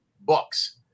books